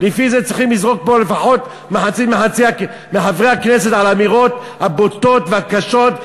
לפי זה צריכים לזרוק פה לפחות מחצית מחברי הכנסת על אמירות בוטות וקשות,